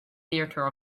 theatre